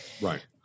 right